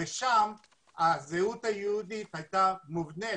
ושם הזהות היהודית הייתה מובנית